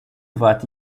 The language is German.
warte